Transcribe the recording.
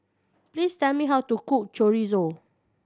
please tell me how to cook Chorizo